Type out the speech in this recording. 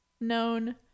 known